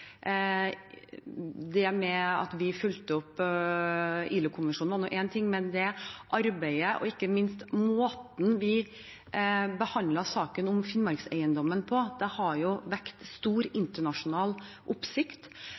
Det at vi fulgte opp ILO-konvensjonen, er én ting, men arbeidet med og ikke minst måten vi behandlet saken om Finnmarkseiendommen på, har jo vakt stor internasjonal oppsikt.